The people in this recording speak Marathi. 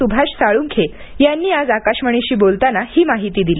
सुभाष साळुंखे यांनी आज आकाशवाणीशी बोलताना ही माहिती दिली